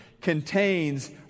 contains